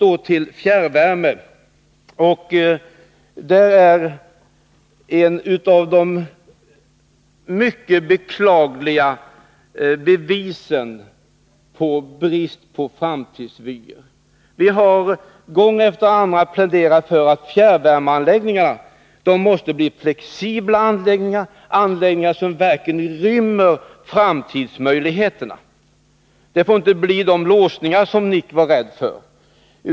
Så till fjärrvärmen. Här finns ytterligare ett av de mycket beklagliga bevisen på brist på framtidsvyer. Vi har gång efter annan pläderat för att fjärrvärmeanläggningar måste bli flexibla, de måste bli anläggningar som verkligen rymmer framtidsmöjligheterna. Det får inte bli de låsningar som Nic Grönvall var rädd för.